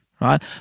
right